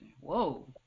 Whoa